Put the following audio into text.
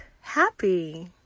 happy